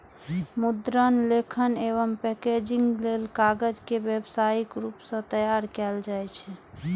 मुद्रण, लेखन एवं पैकेजिंग लेल कागज के व्यावसायिक रूप सं तैयार कैल जाइ छै